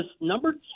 number